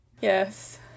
Yes